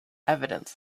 evidence